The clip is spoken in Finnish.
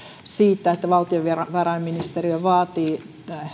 siitä että valtiovarainministeriö vaatii